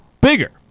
bigger